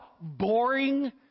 boring